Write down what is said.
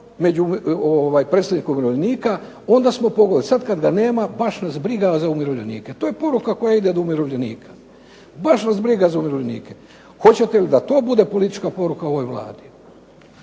među predstavnikom umirovljenika onda smo ..., sada kada ga nema baš nas briga za umirovljenike, to je poruka koja ide do umirovljenika. Hoćete li da to bude politička poruka ove Vlade.